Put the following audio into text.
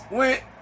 went